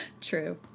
True